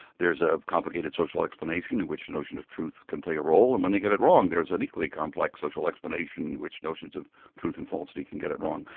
there's a complicated social explanation in which the notion of truth can play a role. and when they get it wrong, there's an equally complex social explanation which notions of truth and falsity can get it wrong.